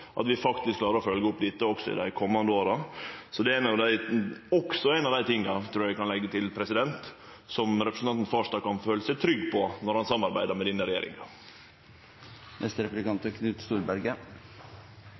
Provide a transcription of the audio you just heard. at vi faktisk klarar å følgje opp dette også i dei komande åra. Dette er også ein av dei tinga – trur eg at eg kan leggje til – som representanten Farstad kan føle seg trygg på når han samarbeider med denne regjeringa.